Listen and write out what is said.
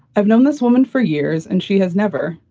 i've known this woman for years and she has never,